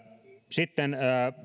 sitten